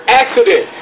accident